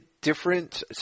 different